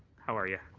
how are ya'?